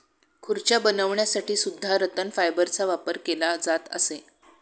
खुर्च्या बनवण्यासाठी सुद्धा रतन फायबरचा वापर केला जात असे